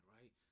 right